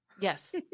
Yes